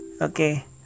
Okay